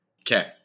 Okay